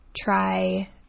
Try